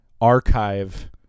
archive